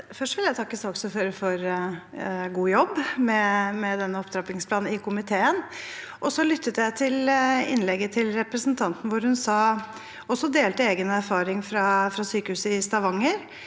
Først vil jeg takke saksordføreren for en god jobb med denne opptrappingsplanen i komiteen. Jeg lyttet til innlegget til representanten hvor hun også delte egen erfaring fra sykehuset i Stavanger.